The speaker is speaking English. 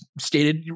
stated